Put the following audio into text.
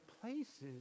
places